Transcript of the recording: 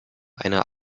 einer